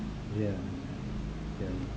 ya ya